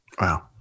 Wow